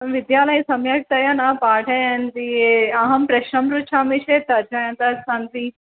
विद्यालये सम्यक्तया न पाठयन्ति अहं प्रश्नं पृच्छामि चेत् तर्जयन्तस्सन्ति